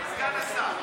סגן השר,